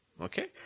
Okay